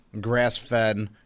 grass-fed